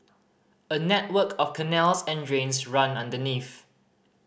a network of canals and drains run underneath